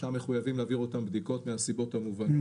שם מחויבים להעביר אותם בדיקות מהסיבות המובנות,